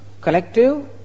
collective